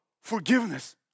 forgiveness